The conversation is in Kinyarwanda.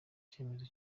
icyemezo